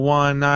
one